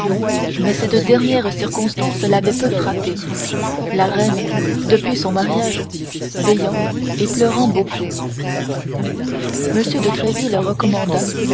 mais cette dernière circonstance l'avait peu frappé la reine depuis son mariage veillant et pleurant beaucoup m de tréville recommanda